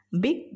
Big